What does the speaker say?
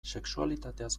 sexualitateaz